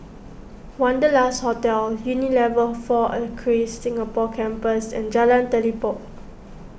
Wanderlust Hotel Unilever four Acres Singapore Campus and Jalan Telipok